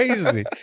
crazy